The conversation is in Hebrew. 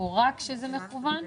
רק כשזה מקוון?